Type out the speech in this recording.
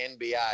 NBA